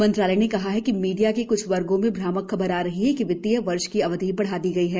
मंत्रालय ने कहा कि मीडिया के कुछ वर्गों में भ्रामक खबर आ रही थी कि वित्तीय वर्ष की अवधि बढ़ा दी गई है